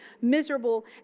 miserable